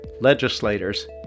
legislators